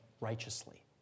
righteously